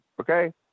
Okay